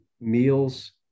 meals